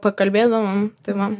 pakalbėdavom tai man